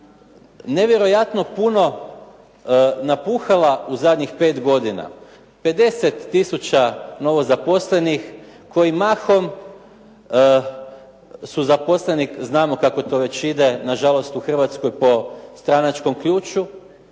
nevjerojatno puno napuhala u zadnjih 5 godina? 50 tisuća novo zaposlenih koji mahom su zaposleni, znamo kako to već ide, nažalost u Hrvatskoj po stranačkom ključu